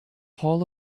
hall